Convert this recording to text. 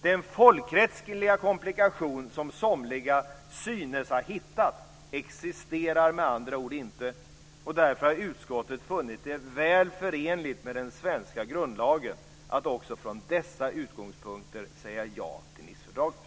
Den folkrättsliga komplikation som somliga synes ha hittat existerar med andra ord inte. Därför har utskottet funnit det väl förenligt med den svenska grundlagen att också från dessa utgångspunkter säga ja till Nicefördraget.